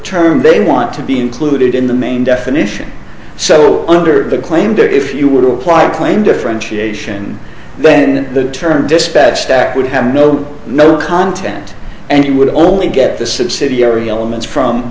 term they want to be included in the main definition so under that claimed if you were to apply a claim differentiation then the term dispatch stack would have no no content and you would only get the subsidiary elements from